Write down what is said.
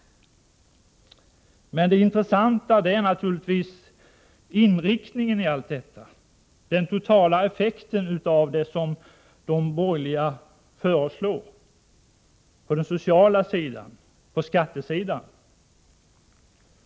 Men det intressanta är naturligtvis inriktningen i allt detta, den totala effekten av det som de borgerliga föreslår på den sociala sidan och i fråga om skatterna.